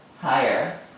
higher